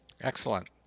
Excellent